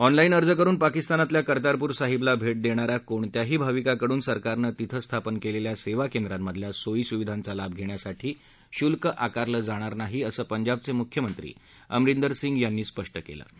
online अर्ज करून पाकिस्तानातल्या कर्तारपूर साहिबला भेट देणाऱ्या कोणत्याही भाविकाकडून सरकारनं तिथं स्थापन केलेल्या सेवा केंद्रांमधल्या सोयी सुविधांचा लाभ घेण्यासाठी शुल्क घेतले जाणार नाही असं पंजाबचे मुख्यमंत्री अमरिंदर सिंग यांनी स्पष्ट केलं आहे